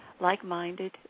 like-minded